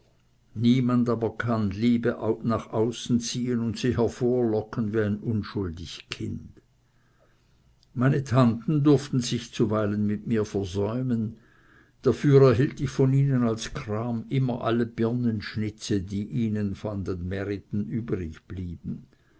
niemand aber kann liebe nach außen ziehen und sie hervorlocken wie ein unschuldig kind meine tanten durften sich zuweilen mit mir versäumen dafür erhielt ich von ihnen als kram immer alle birnenschnitze die ihnen an den märiten übrig